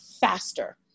faster